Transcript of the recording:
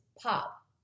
pop